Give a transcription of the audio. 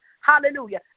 Hallelujah